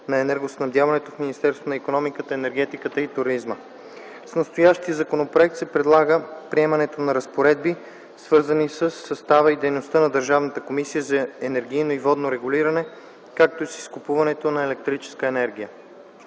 на енергоснабдяването” в Министерството на икономиката, енергетиката и туризма. С настоящия законопроект се предлага приемането на разпоредби, свързани със състава и дейността на Държавната комисия за енергийно и водно регулиране, както и с изкупуването на електрическа енергия.